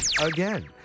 again